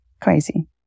Crazy